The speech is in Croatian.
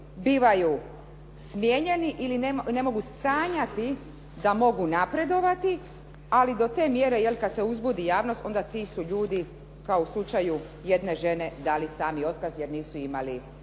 bivaju smijenjeni ili ne mogu sanjati da mogu napredovati. Ali do te mjere jel' kad se uzbudi javnost onda ti su ljudi kao u slučaju jedne žene dali sami otkaz jer nisu imali potrebne